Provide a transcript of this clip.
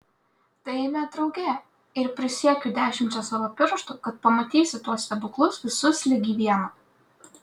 tai eime drauge ir prisiekiu dešimčia savo pirštų kad pamatysi tuos stebuklus visus ligi vieno